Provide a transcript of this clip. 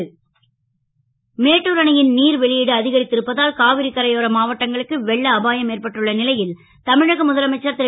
எடப்பாடி மேட்டூர் அணை ன் நீர் வெளியீடு அ கரித்து இருப்பதால் காவிரி கரையோர மாவட்டங்களுக்கு வெள்ள அபாயம் ஏற்பட்டுள்ள லை ல் தமிழக முதலமைச்சர் ரு